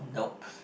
nope